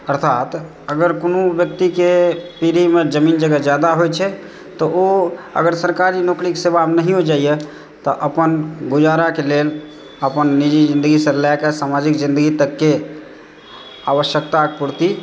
अर्थात अगर कोनो व्यक्तिकें पीढ़ीमे जमीन जगह ज्यादा होइत छै तऽ ओ अगर सरकारी नौकरी सेवामे नहियो जाइए तऽ अपन गुजाराके लेल अपन निजी जिन्दगीसँ लएके सामाजिक जिन्दगी तकके आवश्यकताक पूर्ति